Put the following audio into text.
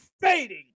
fading